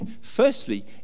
firstly